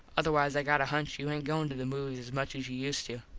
otherwise i got a hunch you aint goin to the movies as much as you used to.